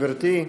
גברתי: